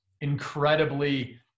incredibly